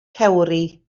cewri